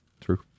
True